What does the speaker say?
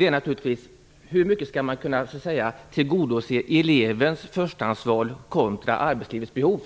Det handlar naturligtvis om hur mycket man skall tillgodose elevens förstahandsval kontra arbetslivets behov.